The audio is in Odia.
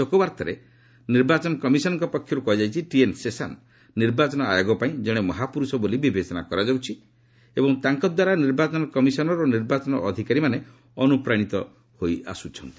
ଶୋକବାର୍ତ୍ତାରେ ନିର୍ବାଚନ କମିଶନର୍କ ପକ୍ଷରୁ କୁହାଯାଇଛି ଟିଏନ୍ ଶେଷାନ୍ ନିର୍ବାଚନ ଆୟୋଗ ପାଇଁ ଜଣେ ମହାପୁର୍ରଷ ବୋଲି ବିବେଚନା କରାଯାଉଛି ଏବଂ ତାଙ୍କଦ୍ୱାରା ନିର୍ବାଚନ କମିଶନର୍ ଓ ନିର୍ବାଚନ ଅଧିକାରୀମାନେ ଅନୁପ୍ରାଣିତ ହୋଇଛନ୍ତି